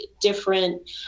different